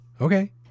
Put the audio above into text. Okay